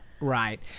Right